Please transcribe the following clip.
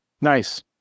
Nice